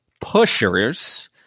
pushers